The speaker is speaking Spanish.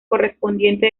correspondiente